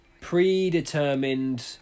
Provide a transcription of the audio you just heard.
predetermined